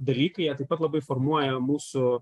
dalykai jie taip pat labai formuoja mūsų